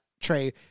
Trey